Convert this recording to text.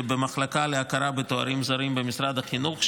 במחלקה להכרה בתארים זרים במשרד החינוך,